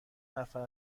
نفر